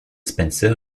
spencer